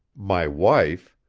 my wife,